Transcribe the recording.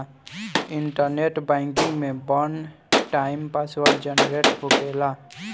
internet banking में one time password generate होखेला